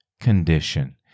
condition